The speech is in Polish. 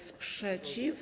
Sprzeciw.